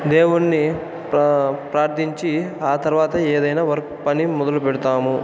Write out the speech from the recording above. దేవుణ్ణి ప్రా ప్రార్థించి ఆ తర్వాత ఏదైనా వర్క్ పని మొదలు పెడతాము